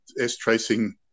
S-Tracing